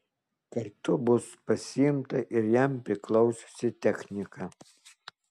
kartu bus pasiimta ir jam priklausiusi technika